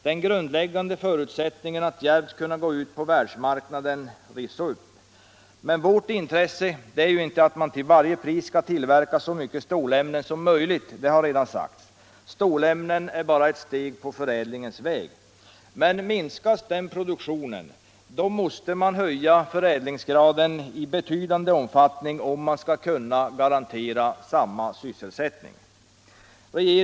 Den grundläggande förutsättningen att djärvt kunna gå ut på världsmarknaden rivs upp, men vårt intresse är ju inte att man till varje pris skall tillverka så mycket stålämnen som möjligt, det har redan sagts. Stålämnen är bara ett steg på förädlingens väg, men minskas den produktionen måste man höja förädlingsgraden i betydande omfattning, om man skall kunna garantera samma sysselsättning.